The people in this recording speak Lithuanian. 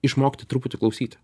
išmokti truputį klausyti